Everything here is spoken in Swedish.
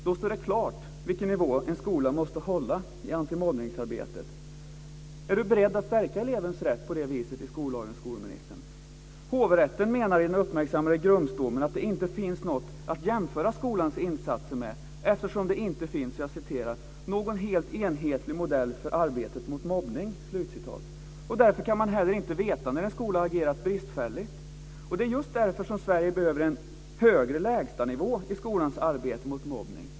Då står det klart vilken nivå en skola måste hålla i antimobbningsarbetet. Är skolministern beredd att stärka elevens rätt på det viset i skollagen? Hovrätten menar i den uppmärksammade Grumsdomen att det inte finns något att jämföra skolans insatser med eftersom det inte finns någon helt enhetlig modell för arbetet mot mobbning, och därför kan man heller inte veta när en skola agerat bristfälligt. Det är just därför som Sverige behöver en högre lägstanivå i skolans arbete mot mobbning.